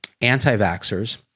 anti-vaxxers